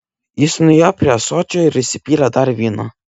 jis nuėjo prie ąsočio ir įsipylė dar vyno